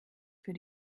für